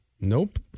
Nope